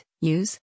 use